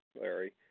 Larry